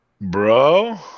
Bro